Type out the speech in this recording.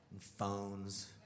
phones